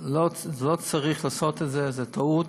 שלא צריך לעשות את זה, זו טעות,